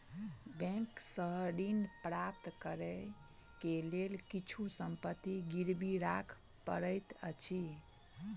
bank सॅ ऋण प्राप्त करै के लेल किछु संपत्ति गिरवी राख पड़ैत अछि